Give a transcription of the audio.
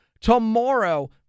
tomorrow